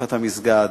בשרפת המסגד.